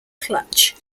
clutch